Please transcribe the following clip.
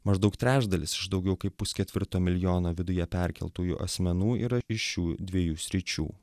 maždaug trečdalis iš daugiau kaip pusketvirto milijono viduje perkeltųjų asmenų yra iš šių dviejų sričių